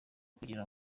kugira